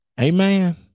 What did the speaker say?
Amen